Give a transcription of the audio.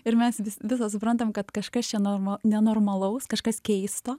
ir mes visos suprantam kad kažkas čia norma nenormalaus kažkas keisto